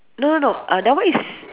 no no no uh that one is